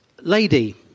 lady